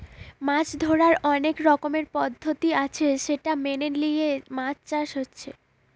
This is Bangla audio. মাছ ধোরার অনেক রকমের পদ্ধতি আছে সেটা মেনে লিয়ে মাছ চাষ হচ্ছে